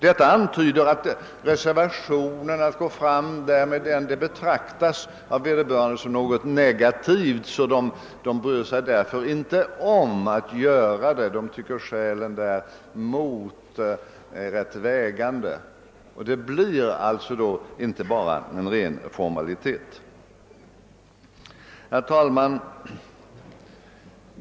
Detta antyder att reservationen av vederbörande själv betraktas som något negativt. Man bryr sig därför inte om att gå fram med sin reservation. Man tycker skälen däremot är tungt vägande. Det blir alltså inte bara en ren formalitet. Herr talman!